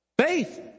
Faith